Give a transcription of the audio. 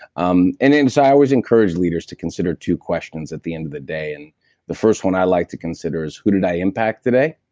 um and so, i always encourage leaders to consider two questions at the end of the day. and the first one i like to consider is, who did i impact today?